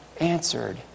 answered